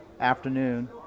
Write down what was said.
afternoon